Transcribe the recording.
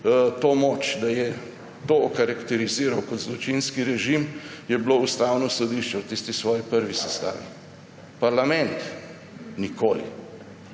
moč, da je to okarakteriziral kot zločinski režim, je bilo Ustavno sodišče v tisti svoji prvi sestavi. Parlament nikoli.